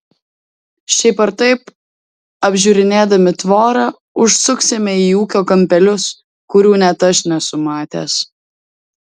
šiaip ar taip apžiūrinėdami tvorą užsuksime į ūkio kampelius kurių net aš nesu matęs